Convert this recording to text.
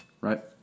Right